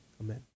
Amen